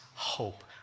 hope